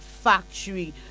Factory